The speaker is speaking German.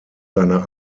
seiner